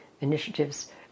initiatives